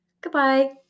Goodbye